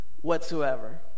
whatsoever